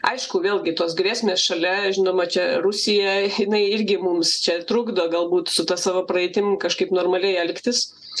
aišku vėlgi tos grėsmės šalia žinoma čia rusija jinai irgi mums čia trukdo galbūt su ta savo praeitim kažkaip normaliai elgtis